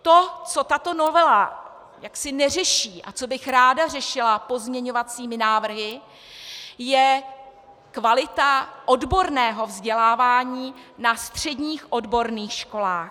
To, co tato novela neřeší a co bych ráda řešila pozměňovacími návrhy, je kvalita odborného vzdělávání na středních odborných školách.